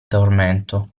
tormento